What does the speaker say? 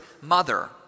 mother